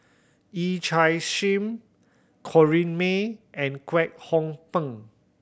Yee Chia Hsing Corrinne May and Kwek Hong Png